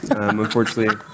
Unfortunately